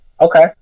Okay